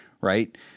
right